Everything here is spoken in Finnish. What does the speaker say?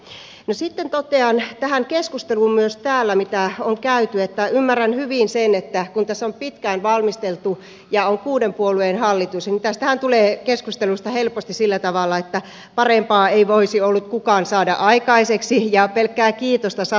sitten totean myös tähän keskusteluun mitä täällä on käyty että ymmärrän hyvin sen että kun tätä on pitkään valmisteltu ja on kuuden puolueen hallitus niin tästä keskustelustahan tulee helposti sellainen että parempaa ei olisi voinut kukaan saada aikaiseksi ja pelkkää kiitosta sataa